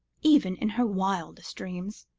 even in her wildest dreams.